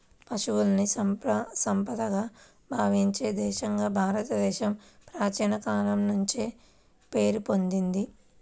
పశువుల్ని సంపదగా భావించే దేశంగా భారతదేశం ప్రాచీన కాలం నుంచే పేరు పొందింది